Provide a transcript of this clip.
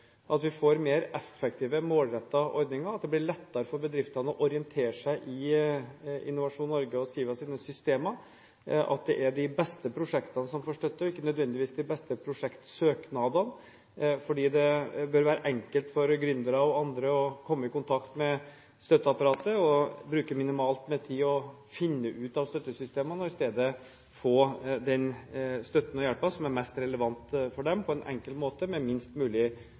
at vi får mer effektive og målrettede ordninger, at det blir lettere for bedriftene å orientere seg i Innovasjon Norges og SIVAs systemer, at det er de beste prosjektene som får støtte, og ikke nødvendigvis de beste prosjektsøknadene. Det bør være enkelt for gründere og andre å komme i kontakt med støtteapparatet og bruke minimalt med tid for å finne ut av støttefunksjonene og i stedet få den støtten og hjelpen som er mest relevant for dem, på en enkel måte med minst mulig